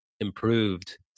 improved